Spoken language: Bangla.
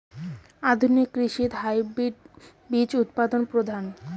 আধুনিক কৃষিত হাইব্রিড বীজ উৎপাদন প্রধান